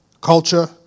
culture